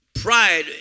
pride